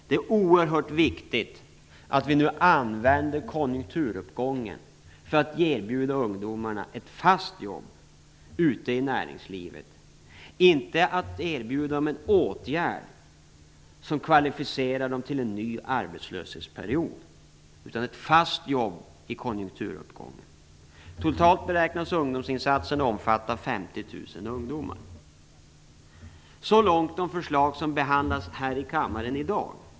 Det är oerhört viktigt att vi nu använder konjunkturuppgången för att erbjuda ungdomarna ett fast jobb ute i näringslivet, inte för att erbjuda dem en åtgärd som kvalificerar dem till en ny arbetslöshetsperiod, utan ett fast jobb i konjunkturuppgången. Totalt beräknas ungdomsinsatserna omfatta 50 000 ungdomar. Så långt de förslag som behandlas här i kammaren i dag.